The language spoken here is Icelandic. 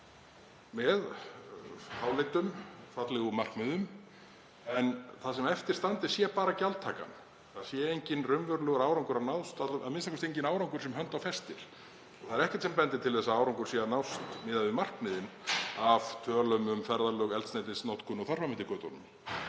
með háleitum og fallegum markmiðum en það sem eftir standi sé bara gjaldtakan, það sé enginn raunverulegur árangur að nást, a.m.k. enginn árangur sem hönd á festir. Það er ekkert sem bendir til þess að árangur sé að nást miðað við markmiðin, af tölum að dæma um ferðalög, eldsneytisnotkun og þar fram eftir götunum.